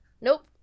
Nope